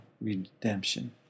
redemption